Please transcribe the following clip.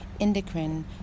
endocrine